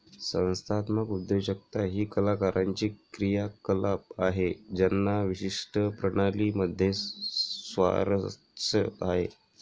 संस्थात्मक उद्योजकता ही कलाकारांची क्रियाकलाप आहे ज्यांना विशिष्ट प्रणाली मध्ये स्वारस्य आहे